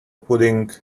pudding